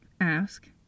ask